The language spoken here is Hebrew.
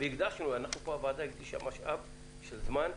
אנחנו פה הוועדה הקדיש משאב של זמן,